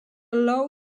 low